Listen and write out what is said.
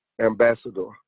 Ambassador